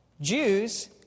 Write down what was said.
Jews